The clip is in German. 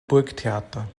burgtheater